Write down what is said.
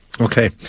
Okay